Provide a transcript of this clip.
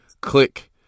click